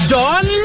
Don